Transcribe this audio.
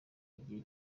igihe